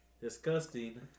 disgusting